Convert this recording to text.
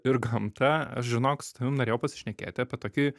ir gamtą aš žinok su tavim norėjau pasišnekėti apie tokį